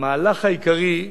המהלך העיקרי,